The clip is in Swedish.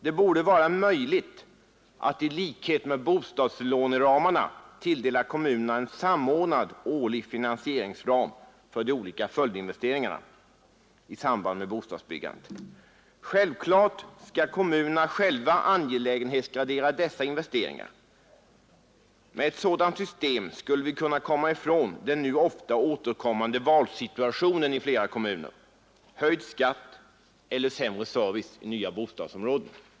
Det borde vara möjligt att i likhet med bostadslåneramarna tilldela kommunerna en samordnad årlig finansieringsram för de olika följdinvesteringarna i samband med bostadsbyggandet. Självklart skall kommunerna själva angelägenhetsgradera dessa investeringar. Med ett sådant system skulle vi kunna komma ifrån den nu ofta återkommande valsituationen i flera kommuner: höjd skatt eller sämre service i nya bostadsområden.